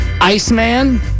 Iceman